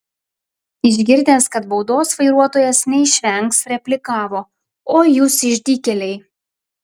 išgirdęs kad baudos vairuotojas neišvengs replikavo oi jūs išdykėliai